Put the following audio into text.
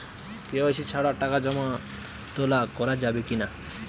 KYC ছাড়া টাকা জমা তোলা করা যাবে কি না?